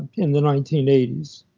in the nineteen eighty s.